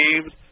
games